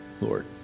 Lord